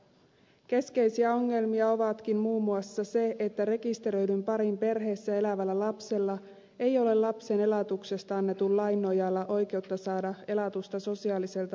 eräs keskeinen ongelma onkin muun muassa se että rekisteröidyn parin perheessä elävällä lapsella ei ole lapsen elatuksesta annetun lain nojalla oikeutta saada elatusta sosiaaliselta vanhemmaltaan